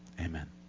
Amen